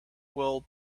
will